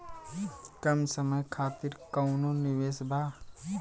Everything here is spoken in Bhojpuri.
कम समय खातिर कौनो निवेश बा?